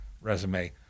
resume